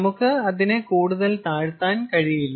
നമുക്ക് അതിനെ കൂടുതൽ താഴ്ത്താൻ കഴിയില്ല